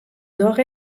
doch